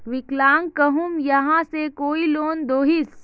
विकलांग कहुम यहाँ से कोई लोन दोहिस?